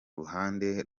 ruhande